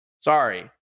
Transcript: Sorry